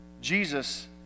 Jesus